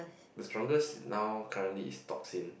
the strongest now currently is toxin